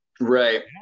right